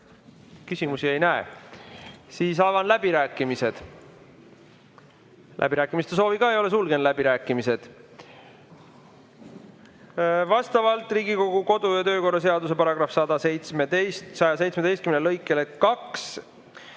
Küsimusi ei näe. Siis avan läbirääkimised. Läbirääkimiste soovi ka ei ole, sulgen läbirääkimised. Vastavalt Riigikogu kodu‑ ja töökorra seaduse § 117 lõikele 2